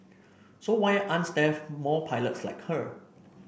so why aren't there more pilots like her